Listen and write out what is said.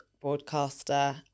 broadcaster